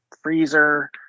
freezer